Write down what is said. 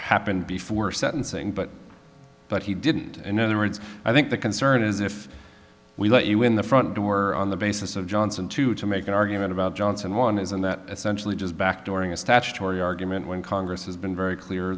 happened before sentencing but but he didn't in other words i think the concern is if we let you in the front door on the basis of johnson to to make an argument about jones and one isn't that essentially just back during a statutory argument when congress has been very clear